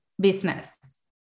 business